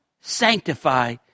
sanctify